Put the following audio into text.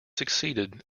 succeeded